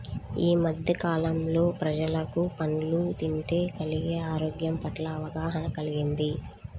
యీ మద్దె కాలంలో ప్రజలకు పండ్లు తింటే కలిగే ఆరోగ్యం పట్ల అవగాహన కల్గింది